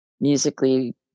musically